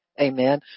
Amen